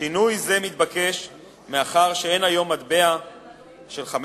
שינוי זה מתבקש מאחר שאין היום מטבע של 5